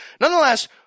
Nonetheless